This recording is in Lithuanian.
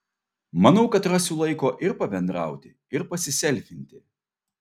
manau kad rasiu laiko ir pabendrauti ir pasiselfinti